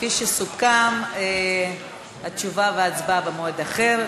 כפי שסוכם, התשובה וההצבעה במועד אחר.